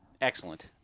Excellent